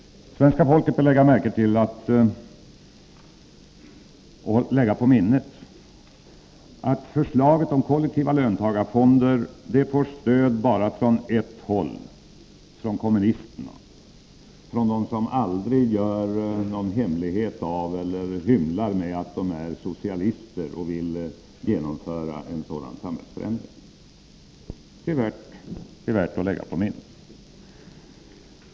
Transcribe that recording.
Fru talman! Svenska folket bör lägga märke till och lägga på minnet att förslaget om kollektiva löntagarfonder får stöd bara från ett håll — från kommunisterna, från dem som aldrig gör någon hemlighet av eller hymlar med att de är socialister och vill genomföra en sådan samhällsförändring. Det är som sagt värt att lägga på minnet.